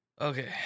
Okay